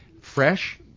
Fresh